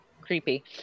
creepy